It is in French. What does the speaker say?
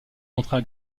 montrer